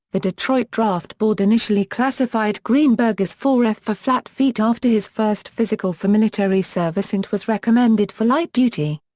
the detroit draft board initially classified greenberg as four f for flat feet after his first physical for military service and was recommended for light duty.